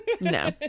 no